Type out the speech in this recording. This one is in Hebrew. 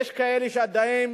יש כאלה שעדיין